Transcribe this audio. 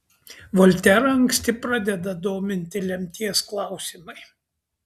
volterą anksti pradeda dominti lemties klausimai